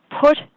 put